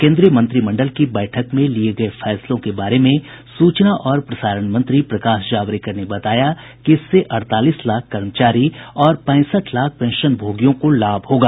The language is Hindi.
केन्द्रीय मंत्रिमंडल की बैठक में लिये गये फैसलों के बारे में सूचना और प्रसारण मंत्री प्रकाश जावड़ेकर ने बताया कि इससे अड़तालीस लाख कर्मचारी और पैंसठ लाख पेंशनभोगियों को लाभ होगा